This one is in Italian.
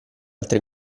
altre